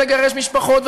ולגרש משפחות,